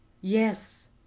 Yes